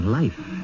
life